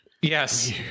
yes